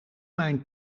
mijn